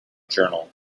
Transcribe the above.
journal